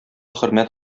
хөрмәт